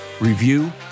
review